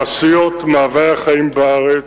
מעשיות מהווי החיים בארץ,